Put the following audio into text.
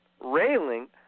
railing